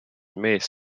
mees